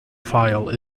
file